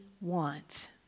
want